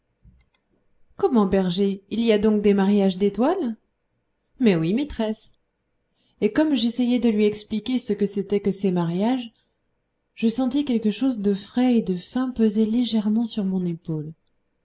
comment berger il y a donc des mariages d'étoiles mais oui maîtresse et comme j'essayais de lui expliquer ce que c'était que ces mariages je sentis quelque chose de frais et de fin peser légèrement sur mon épaule